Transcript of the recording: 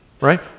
right